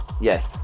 Yes